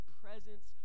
presence